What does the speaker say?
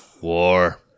war